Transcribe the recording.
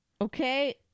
okay